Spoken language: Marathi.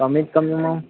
कमीत कमी मग